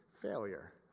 failure